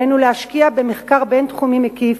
עלינו להשקיע במחקר בין-תחומי מקיף,